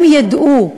הם ידעו: